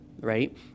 right